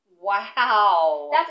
Wow